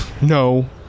No